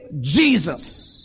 Jesus